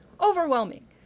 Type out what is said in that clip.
overwhelming